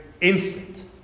instant